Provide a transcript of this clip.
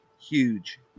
Huge